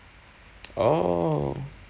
orh